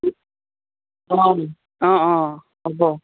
অঁ অঁ অঁ অঁ হ'ব